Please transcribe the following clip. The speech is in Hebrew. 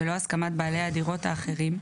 בלא הסכמת בעלי הדירות האחרים,